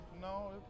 No